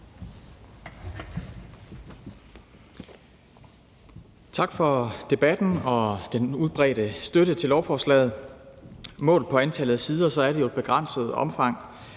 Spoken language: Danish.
Tak for debatten og den udbredte støtte til lovforslaget. Målt på antallet af sider er det jo et begrænset omfang.